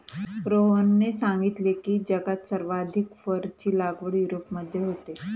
रोहनने सांगितले की, जगात सर्वाधिक फरची लागवड युरोपमध्ये होते